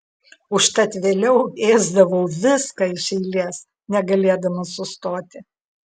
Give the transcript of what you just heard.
užtat vėliau ėsdavau viską iš eilės negalėdama sustoti